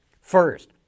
First